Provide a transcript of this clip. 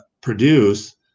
produce